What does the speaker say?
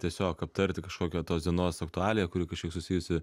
tiesiog aptarti kažkokią tos dienos aktualiją kuri kažkiek susijusi